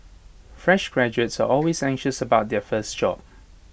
fresh graduates are always anxious about their first job